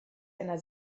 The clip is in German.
einer